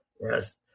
Yes